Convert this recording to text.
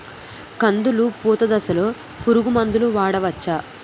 కందులు పూత దశలో పురుగు మందులు వాడవచ్చా?